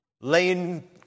laying